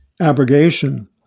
abrogation